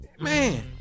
Man